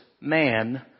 man